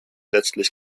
letztlich